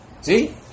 See